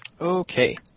Okay